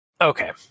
Okay